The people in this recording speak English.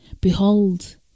Behold